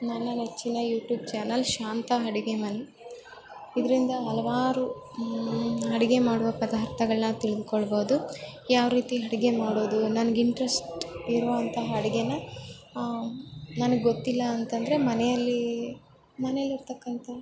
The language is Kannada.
ನನ್ನ ನೆಚ್ಚಿನ ಯೂಟ್ಯೂಬ್ ಚಾನೆಲ್ ಶಾಂತ ಅಡಿಗೆ ಮನೆ ಇದ್ರಿಂದ ಹಲವಾರು ಈ ಅಡಿಗೆ ಮಾಡುವ ಪದಾರ್ಥಗಳ್ನ ತಿಳಿದುಕೊಳ್ಬಹುದು ಯಾವ ರೀತಿ ಅಡಿಗೆ ಮಾಡೋದು ನನ್ಗೆ ಇಂಟ್ರೆಸ್ಟ್ ಇರುವಂತಹ ಅಡಿಗೆನಾ ನನಗೆ ಗೊತ್ತಿಲ್ಲ ಅಂತ ಅಂದರೆ ಮನೆಯಲ್ಲೀ ಮನೇಲಿ ಇರ್ತಕಂಥ